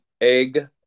Egg